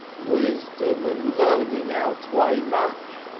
wisdom and learning outweigh much.